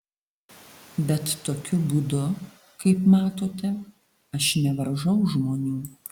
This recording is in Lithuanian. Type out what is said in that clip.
bet tokiu būdu kaip matote aš nevaržau žmonių